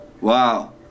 Wow